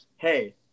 Hey